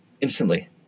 instantly